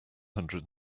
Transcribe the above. hundred